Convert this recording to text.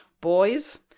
boys